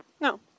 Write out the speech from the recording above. no